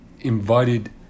invited